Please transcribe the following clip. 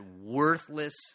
worthless